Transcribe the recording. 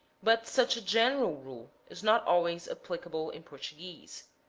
but such a general rule is not always applicable in por tuguese.